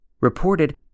reported